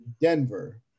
Denver